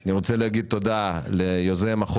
אני רוצה להגיד תודה ליוזם החוק,